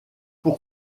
pour